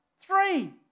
Three